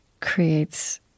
creates